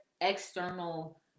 external